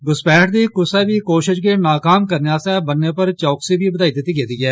घुसपैठ दी कुसै बी कोशिश गी नाकाम करने आस्तै ब'न्ने उप्पर चौकसी बधाई दित्ती गेदी ऐ